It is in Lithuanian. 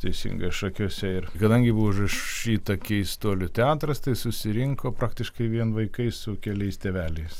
teisingai šakiuose ir kadangi buvo užrašyta keistuolių teatras tai susirinko praktiškai vien vaikai su keliais tėveliais